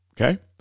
Okay